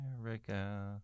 america